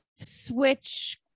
switch